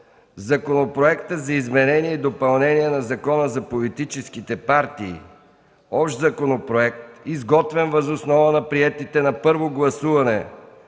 Законопроекта за изменение и допълнение на Закона за политическите партии – общ законопроект, изготвен въз основата на приетите на първо гласуване